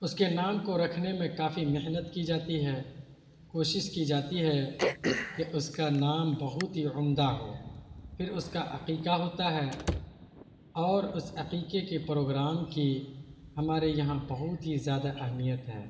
اس کے نام کو رکھنے میں کافی محنت کی جاتی ہے کوشش کی جاتی ہے کہ اس کا نام بہت ہی عمدہ ہو پھر اس کا عقیقہ ہوتا ہے اور اس عقیقے کے پروگرام کی ہمارے یہاں بہت ہی زیادہ اہمیت ہے